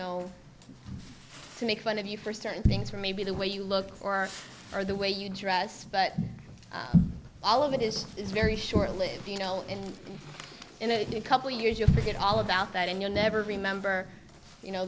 know to make fun of you for certain things or maybe the way you look or or the way you dress but all of it is is very short lived you know and in a couple years you forget all about that and you never remember you know